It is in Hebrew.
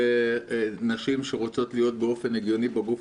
נשים שרוצות להיות באופן הגיוני בגוף